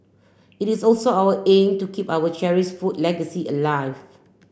it is also our aim to keep our cherish food legacy alive